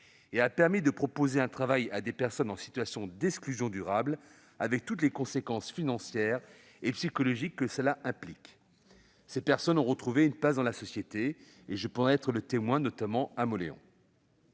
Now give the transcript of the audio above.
et a permis de proposer un travail à des personnes en situation d'exclusion durable, avec toutes les conséquences financières et psychologiques que cela implique. Ces personnes ont retrouvé une place dans la société. Je peux en témoigner, notamment après